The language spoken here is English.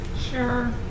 Sure